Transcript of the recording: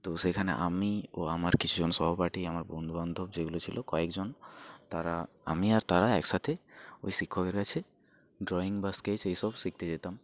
তো সেখানে আমি ও আমার কিছুজন সহপাঠী আমার বন্ধুবান্ধব যেগুলো ছিল কয়েকজন তারা আমি আর তারা একসাথে ওই শিক্ষকের কাছে ড্রয়িং বা স্কেচ এইসব শিখতে যেতাম